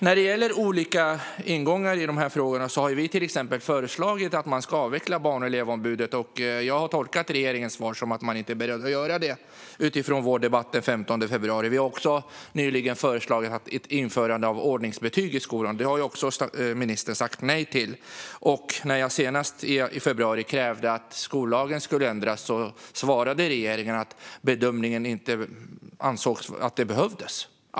När det gäller olika ingångar i dessa frågor har vi till exempel föreslagit att Barn och elevombudet ska avvecklas. Utifrån vår debatt den 15 februari har jag tolkat regeringens svar som att man inte är beredd att göra det. Vi har också nyligen föreslagit ett införande av ordningsbetyg i skolan, och även det har ministern sagt nej till. När jag i februari krävde att skollagen ska ändras svarade regeringen att bedömningen är att det inte behövs.